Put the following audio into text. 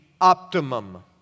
optimum